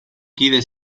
kide